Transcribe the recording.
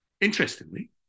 Interestingly